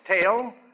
tail